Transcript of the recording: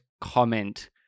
comment